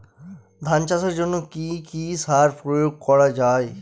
ধান চাষের জন্য কি কি সার প্রয়োগ করা য়ায়?